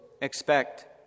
expect